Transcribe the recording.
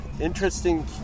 interesting